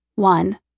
One